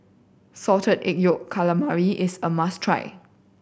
Salted Egg Yolk Calamari is a must try